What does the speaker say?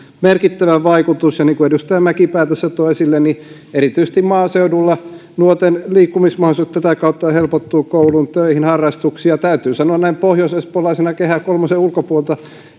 merkittävä vaikutus ja niin kuin edustaja mäkipää tässä toi esille erityisesti maaseudulla nuorten liikkumismahdollisuudet tätä kautta helpottuvat kouluun töihin ja harrastuksiin ja täytyy sanoa näin pohjoisespoolaisena kehä kolmosen ulkopuolelta tulevana